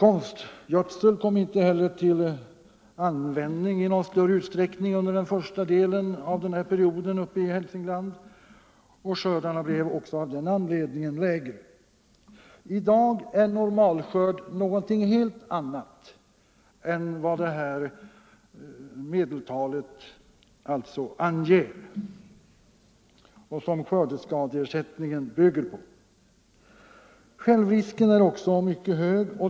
Inte heller kom konstgödsel till någon större användning i Hälsingland under första delen av ifrågavarande period, och skördarna blev även av den anledningen lägre. I dag är normalskörd något helt annat än det framräknade medeltal som anges och som skördeskadeersättningen bygger på. Självrisken är också mycket hög.